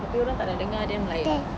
tapi orang tak nak dengar then like